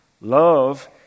Love